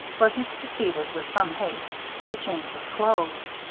where he proceeded, with some haste, to change his clothes.